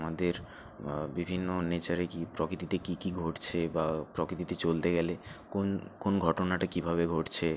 আমাদের বিভিন্ন নেচারে কী প্রকৃতিতে কী কী ঘটছে বা প্রকৃতিতে চলতে গেলে কোন কোন ঘটনাটা কীভাবে ঘটছে